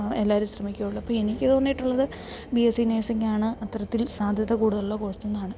എല്ലാവരും ശ്രമിക്കോളു അപ്പം എനിക്ക് തോന്നിയിട്ട് ഉള്ളത് ബി എസ് സി നേഴ്സിംഗാണ് അത്തരത്തിൽ സാധ്യത കൂടുതൽ ഉള്ള കോഴ്സ്ന്നാണ്